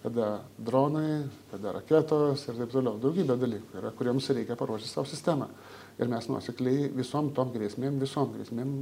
tada dronai tada raketos ir taip toliau daugybė dalykų yra kuriems reikia paruošti sau sistemą ir mes nuosekliai visom tom grėsmėm visom grėsmėm